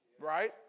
right